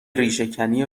ریشهکنی